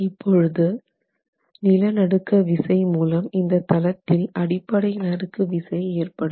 இப்பொழுது நில நடுக்க விசை மூலம் இந்த தளத்தில் அடிப்படை நறுக்கு விசை ஏற்படும்